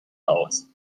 aus